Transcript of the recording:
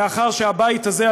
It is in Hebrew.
לאחר שהבית הזה,